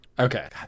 Okay